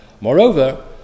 Moreover